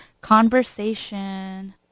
conversation